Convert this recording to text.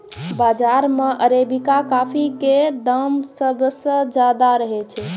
बाजार मॅ arabica coffee के दाम सबसॅ ज्यादा रहै छै